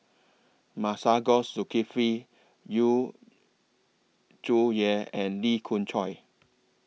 Masagos Zulkifli Yu Zhuye and Lee Khoon Choy